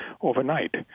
overnight